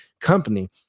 company